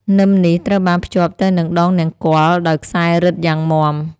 នឹមនេះត្រូវបានភ្ជាប់ទៅនឹងដងនង្គ័លដោយខ្សែរឹតយ៉ាងមាំ។